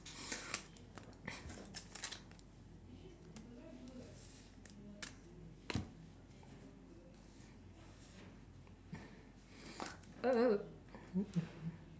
oh